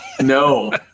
No